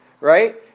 right